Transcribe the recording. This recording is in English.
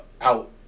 Out